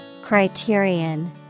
Criterion